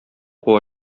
куа